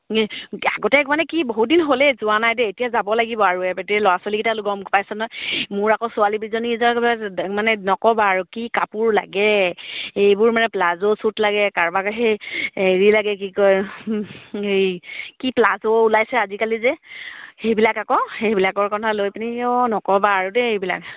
আগতে মানে কি বহুত দিন হ'লেই যোৱা নাই দেই এতিয়া যাব লাগিব আৰু এতিয়া ল'ৰা ছোৱালীকেইটা গম পাইছে নহয় মোৰ আকৌ ছোৱালী দুজনী মানে নক'বা আৰু কি কাপোৰ লাগে এইবোৰ মানে প্লাজো চুট লাগে কাৰোবাক সেই হেৰি লাগে কি কয় হেৰি কি প্লাজো ওলাইছে আজিকালি যে সেইবিলাক আকৌ সেইবিলাকৰ কথা লৈ পিনি অ' নক'বা আৰু দেই এইবিলাক